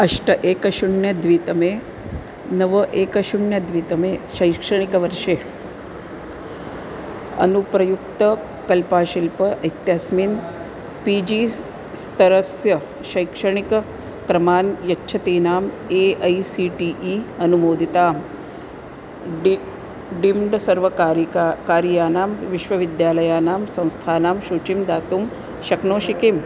अष्ट एकं शून्यं द्वे तमे नव एकं शून्यं द्वे तमे शैक्षणिकवर्षे अनुप्रयुक्तकलाशिल्प इत्यस्मिन् पी जी स्तरस्य शैक्षणिकक्रमान् यच्छतीनाम् A I C T E अनुमोदितानां डिप् डिम्ड् सर्वकारिका कारियानां विश्वविद्यालयानां संस्थानां सूचीं दातुं शक्नोषि किम्